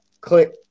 click